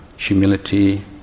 Humility